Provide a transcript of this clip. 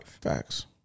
Facts